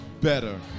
better